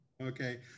Okay